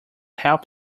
help